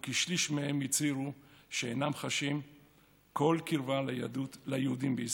וכשליש מהם הצהירו שאינם חשים כל קרבה ליהודים בישראל.